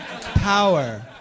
Power